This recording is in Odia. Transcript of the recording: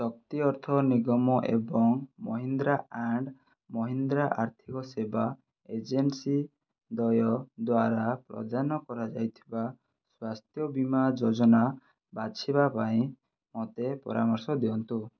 ଶକ୍ତି ଅର୍ଥ ନିଗମ ଏବଂ ମହିନ୍ଦ୍ରା ଆଣ୍ଡ୍ ମହିନ୍ଦ୍ରା ଆର୍ଥିକ ସେବା ଏଜେନ୍ସି ଦ୍ୱୟ ଦ୍ଵାରା ପ୍ରଦାନ କରାଯାଇଥିବା ସ୍ୱାସ୍ଥ୍ୟ ବୀମା ଯୋଜନା ବାଛିବା ପାଇଁ ମୋତେ ପରାମର୍ଶ ଦିଅନ୍ତୁ